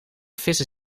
vissen